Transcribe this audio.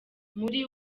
muri